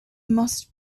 must